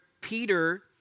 Peter